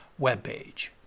webpage